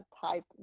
type